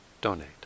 donate